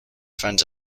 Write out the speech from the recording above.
friends